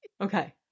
Okay